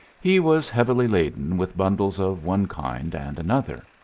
he was heavily laden with bundles of one kind and another.